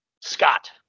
Scott